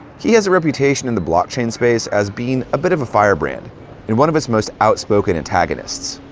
he has a reputation in the blockchain space as being a bit of a firebrand and one of its most outspoken antagonists.